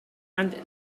and